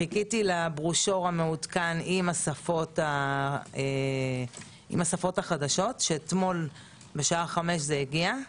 חיכיתי לברושור המעודכן עם השפות החדשות שאתמול בשעה 17:00 זה הגיע.